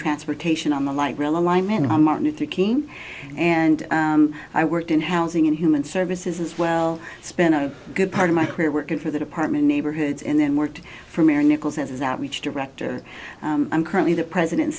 transportation on the like realignment on martin luther king and i worked in housing and human services as well spent a good part of my career working for the department neighborhoods and then worked for mayor nickels as outreach director i'm currently the president